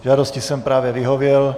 Žádosti jsem právě vyhověl.